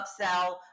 upsell